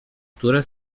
które